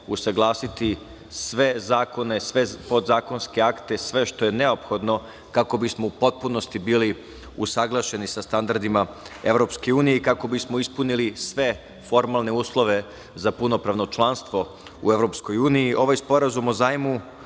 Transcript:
usaglasiti sve zakone, sve podzakonske akte, sve što je neophodno kako bismo u potpunosti bili usaglašeni sa standardima EU i kako bismo ispunili sve formalne uslove za punopravno članstvo u EU.Ovaj Sporazum o zajmu